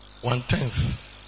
One-tenth